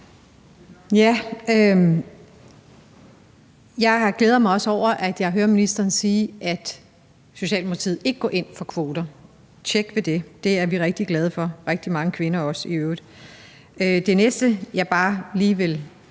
Jeg glæder mig også over, at jeg hører ministeren sige, Socialdemokratiet ikke går ind for kvoter – tjek ved det! Det er vi, og også rigtig mange kvinder i øvrigt, glade for. Det næste, jeg bare lige vil